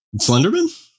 Slenderman